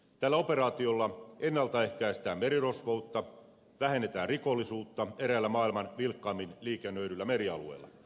tällä operaatiolla ennalta ehkäistään merirosvoutta vähennetään rikollisuutta eräällä maailman vilkkaimmin liikennöidyllä merialueella